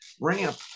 ramp